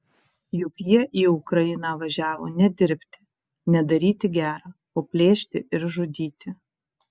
juk jie į ukrainą važiavo ne dirbti ne daryti gera o plėšti ir žudyti